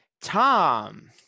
Tom